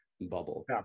bubble